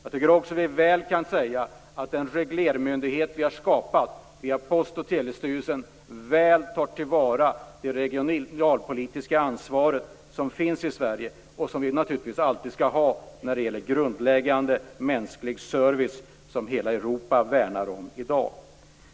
Vi kan också säga att den reglermyndighet vi har skapat, Post och telestyrelsen, väl tar det regionalpolitiska ansvar som finns i Sverige och som vi naturligtvis alltid skall ha för grundläggande, mänsklig service. Det värnar hela Europa om i dag.